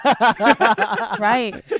Right